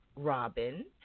robin